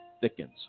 thickens